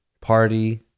party